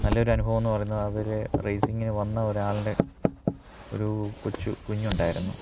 നല്ല ഒരു അനുഭവം എന്ന് പറയുന്നത് അതിലെ റേസിങ്ങിന് വന്ന ഒരാളുടെ ഒരു കൊച്ച് കുഞ്ഞുണ്ടായിരുന്നു